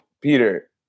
Peter